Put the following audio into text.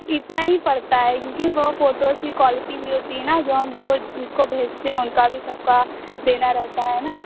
इतना ही पड़ता है क्योंकि वह फोटोज़ की क्वालिटी भी होती है ना हम जो जिसको भेजते हैं उनका भी सबका देना रहता है ना